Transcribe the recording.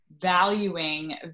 valuing